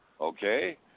Okay